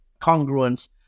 congruence